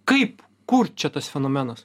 kaip kur čia tas fenomenas